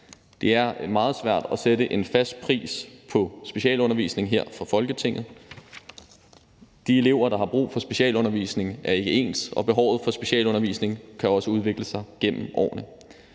Det er meget svært at sætte en fast pris på specialundervisningen her fra Folketingets side. De elever, der har brug for specialundervisning, er ikke ens, og behovet for specialundervisning kan også udvikle sig gennem årene.